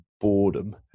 boredom